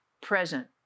present